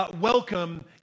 welcome